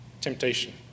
temptation